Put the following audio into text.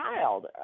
child